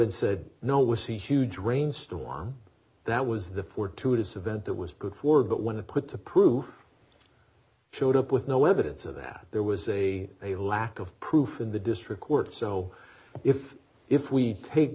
and said no we see huge rainstorm that was the fortuitous event that was good for but when it put to proof showed up with no evidence of that there was a a lack of proof in the district court so if if we take